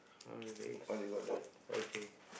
how many days okay